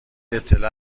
اطلاع